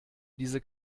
diese